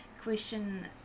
question